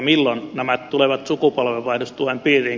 milloin nämä tulevat sukupolvenvaihdostuen piiriin